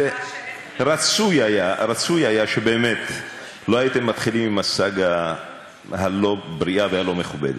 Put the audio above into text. רצוי היה שבאמת לא הייתם מתחילים עם הסאגה הלא-בריאה והלא-מכובדת.